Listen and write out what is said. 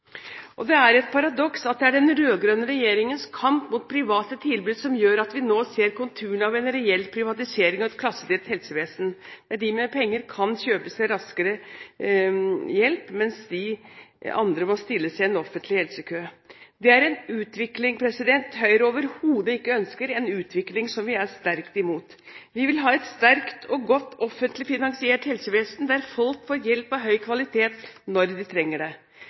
raskere. Det er et paradoks at det er den rød-grønne regjeringens kamp mot private tilbud som gjør at vi nå ser konturene av en reell privatisering og et klassedelt helsevesen, der de med penger kan kjøpe seg raskere hjelp, mens de andre må stille seg i en offentlig helsekø. Det er en utvikling Høyre overhodet ikke ønsker, og en utvikling som vi er sterkt imot. Vi vil ha et sterkt og godt offentlig finansiert helsevesen der folk får hjelp av høy kvalitet når de trenger det.